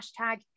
hashtag